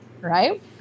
right